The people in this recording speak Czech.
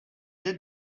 jde